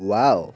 wow